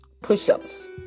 push-ups